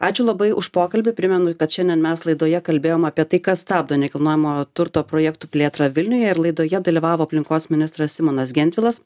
ačiū labai už pokalbį primenu kad šiandien mes laidoje kalbėjom apie tai kas stabdo nekilnojamo turto projektų plėtrą vilniuje ir laidoje dalyvavo aplinkos ministras simonas gentvilas